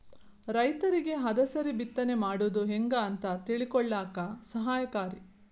ರೈತರಿಗೆ ಹದಸರಿ ಬಿತ್ತನೆ ಮಾಡುದು ಹೆಂಗ ಅಂತ ತಿಳಕೊಳ್ಳಾಕ ಸಹಾಯಕಾರಿ